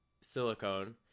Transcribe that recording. silicone